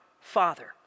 Father